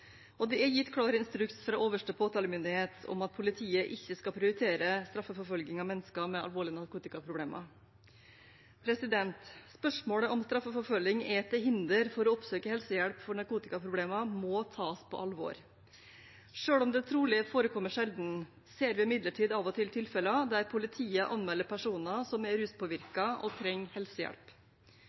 og det er gitt klar instruks fra øverste påtalemyndighet om at politiet ikke skal prioritere straffeforfølging av mennesker med alvorlige narkotikaproblemer. Spørsmålet om straffeforfølging er til hinder for å oppsøke helsehjelp for narkotikaproblemer, må tas på alvor. Selv om det trolig forekommer sjelden, ser vi imidlertid av og til tilfeller der politiet anmelder personer som er ruspåvirket og trenger helsehjelp.